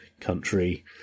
country